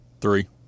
Three